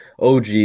OG